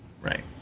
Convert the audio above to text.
Right